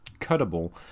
cuttable